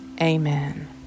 Amen